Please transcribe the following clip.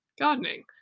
gardening